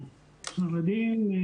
החינוך החרדיים.